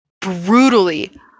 brutally